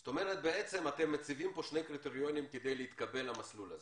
זאת אומרת שאתם מציבים פה שני קריטריונים כדי להתקבל למסלול הזה: